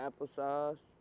applesauce